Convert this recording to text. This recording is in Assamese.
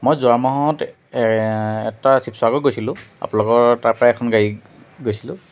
মই যোৱা মাহত এটা শিৱসাগৰ গৈছিলোঁ আপোনালোকৰ তাৰ পৰা এখন গাড়ীত গৈছিলোঁ